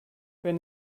wenn